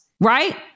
right